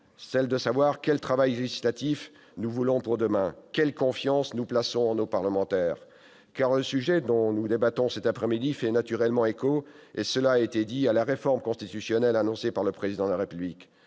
plus large, quel travail législatif voulons-nous pour demain ? Quelle confiance notre pays place-t-il en ses parlementaires ? Le sujet dont nous débattons cet après-midi fait naturellement écho- cela a été dit -à la réforme constitutionnelle annoncée par le Président de la République.